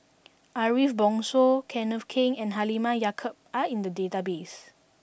Ariff Bongso Kenneth Keng and Halimah Yacob are in the database